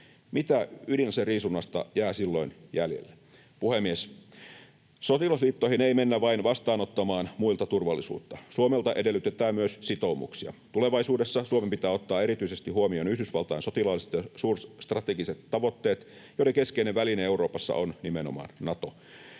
Mitä ydinaseriisunnasta jää silloin jäljelle? Puhemies! Sotilasliittoihin ei mennä vain vastaanottamaan muilta turvallisuutta. Suomelta edellytetään myös sitoumuksia. Tulevaisuudessa Suomen pitää ottaa erityisesti huomioon Yhdysvaltain sotilaalliset ja suurstrategiset tavoitteet, joiden keskeinen väline Euroopassa on nimenomaan Nato.